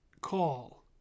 call